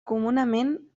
comunament